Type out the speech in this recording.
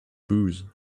booze